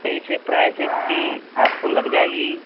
वैसे प्राइस इसकी आपको लग जाएगी